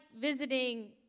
visiting